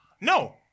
No